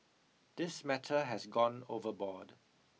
this matter has gone overboard